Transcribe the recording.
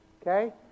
Okay